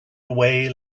away